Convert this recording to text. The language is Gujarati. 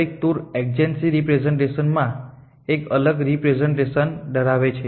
દરેક ટૂર એડજેસન્સી રિપ્રેસેંટેશનમાં એક અલગ રિપ્રેસેંટેશન ધરાવે છે